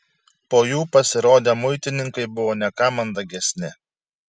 po jų pasirodę muitininkai buvo ne ką mandagesni